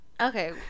Okay